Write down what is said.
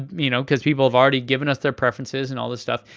you know because people have already given us their preferences and all this stuff.